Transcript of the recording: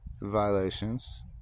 violations